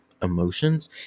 emotions